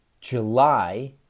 July